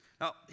Now